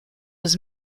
was